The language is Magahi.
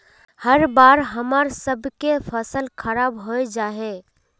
हर बार हम्मर सबके फसल खराब होबे जाए है?